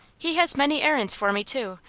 he has many errands for me, too,